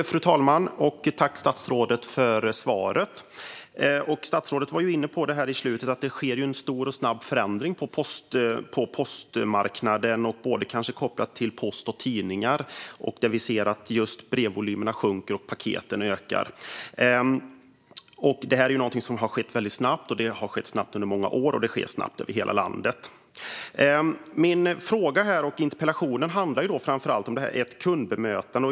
Fru talman! Tack, statsrådet, för svaret! Statsrådet var ju inne på att det sker en stor och snabb förändring på postmarknaden och kopplat till post och tidningar. Vi ser att brevvolymerna sjunker medan mängden paket ökar. Detta är något som har skett under många år, och det sker snabbt över hela landet. Interpellationen handlar framför allt om kundbemötandet.